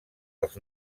els